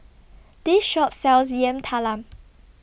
This Shop sells Yam Talam